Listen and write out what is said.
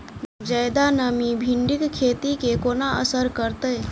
जियादा नमी भिंडीक खेती केँ कोना असर करतै?